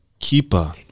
Keeper